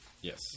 Yes